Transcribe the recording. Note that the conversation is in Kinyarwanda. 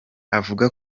avuga